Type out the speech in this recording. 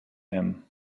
him